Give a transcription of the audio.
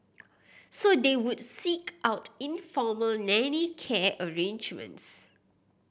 so they would seek out informal nanny care arrangements